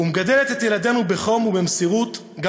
ומגדלת את ילדינו בחום ובמסירות גם